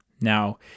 Now